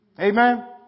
Amen